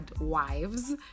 wives